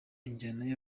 injyana